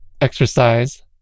exercise